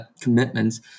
commitments